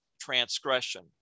transgression